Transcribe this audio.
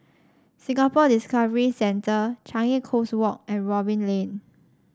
Singapore Discovery Centre Changi Coast Walk and Robin Lane